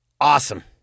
Awesome